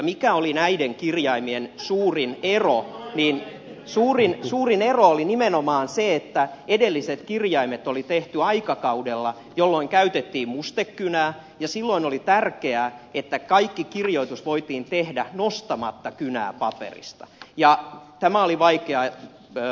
mikä oli näiden kirjaimien suurin ero niin suurin ero oli nimenomaan se että edelliset kirjaimet oli tehty aikakaudella jolloin käytettiin mustekynää ja silloin oli tärkeää että kaikki kirjoitus voitiin tehdä nostamatta kynää paperista ja tämä oli vaikeaa vasenkätisille